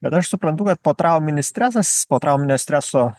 bet aš suprantu kad potrauminis stresas potrauminio streso